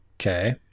Okay